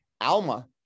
Alma